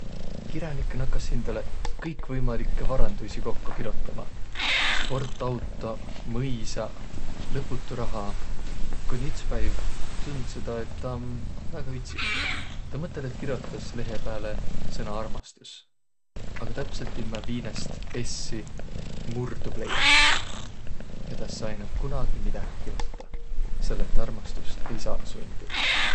Kiränik nakas' hindäle kõikvõimalikkõ varanduisi kokko kirotama: sportautoq, mõisaq, lõputu raha, kooniq üts päiv tundsõ tä, et om väega ütsik. Tä mõtõl', et kirotas lehe pääle sõna "armastus". Aga täpselt inne viimäst "s"-i murdu pleiäts ja tä es saaq inämb kunagi midägi kirotaq.